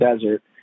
Desert